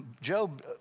Job